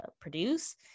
produce